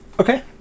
Okay